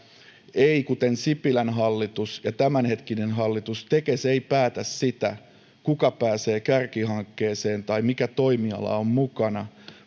toisin kuin sipilän hallitus ja tämänhetkinen hallitus tekes ei päätä sitä kuka pääsee kärkihankkeeseen tai mikä toimiala on mukana